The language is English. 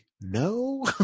no